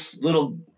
little